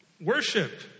worship